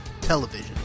television